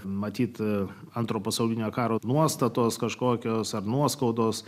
matyt antro pasaulinio karo nuostatos kažkokios ar nuoskaudos